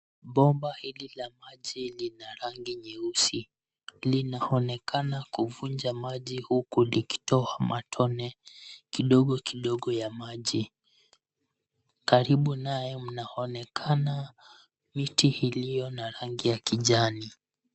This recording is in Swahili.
Bomba hili la maji lina rangi nyeusi. Linaonekana kuvuja maji huku likitoa matone kidogokidogo ya maji. Karibu nayo mnaonekana miti iliyo na rangi ya kijani.